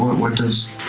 what does